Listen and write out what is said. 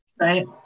Right